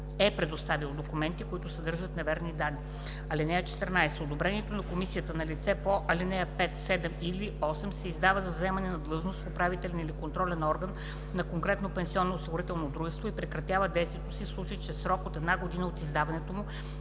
е представил документи, които съдържат неверни данни. (14) Одобрението на комисията на лице по ал. 5, 7 или 8 се издава за заемане на длъжност в управителен или контролен орган на конкретно пенсионноосигурително дружество и прекратява действието си, в случай че в срок една година от издаването му